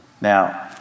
Now